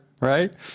Right